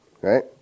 right